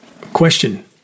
Question